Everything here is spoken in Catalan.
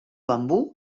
bambú